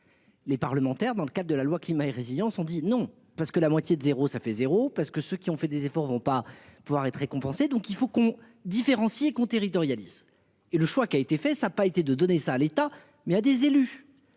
Les parlementaires dans le cadre de la loi climat et résilience ont dit non parce que la moitié de zéro, ça fait 0, parce que ceux qui ont fait des efforts vont pas. Pouvoir être récompensé. Donc il faut qu'on différencie et con territorialisée et le choix qui a été fait, ça a pas été de donner ça l'État mais à des élus.